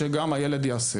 שגם את זה הילד יעשה.